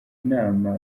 inama